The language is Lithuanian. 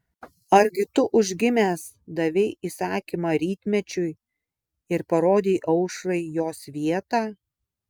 argi tu užgimęs davei įsakymą rytmečiui ir parodei aušrai jos vietą